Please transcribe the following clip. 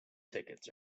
tickets